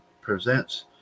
presents